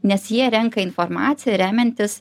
nes jie renka informaciją remiantis